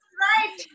right